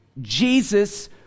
Jesus